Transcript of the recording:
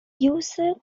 user